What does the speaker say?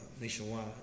Nationwide